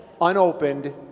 unopened